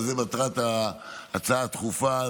וזו מטרת ההצעה הדחופה,